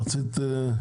בבקשה, שלי.